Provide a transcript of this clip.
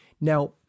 Now